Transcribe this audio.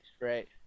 right